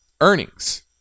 earnings